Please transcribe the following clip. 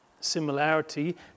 similarity